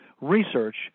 research